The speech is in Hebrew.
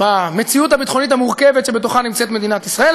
במציאות הביטחונית המורכבת שבתוכה נמצאת מדינת ישראל.